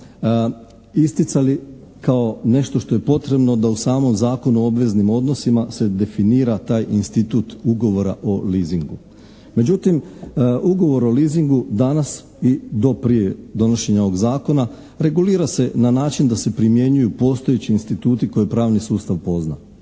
isticali kao nešto što je potrebno da u samom Zakonu o obveznim odnosima se definira taj institut ugovora o leasingu. Međutim ugovor o leasingu danas i do prije donošenja ovog zakona regulira se na način da se primjenjuju postojeći instituti koje pravni sustav pozna.